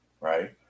right